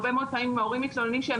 הרבה מאוד פעמים ההורים מתלוננים שהם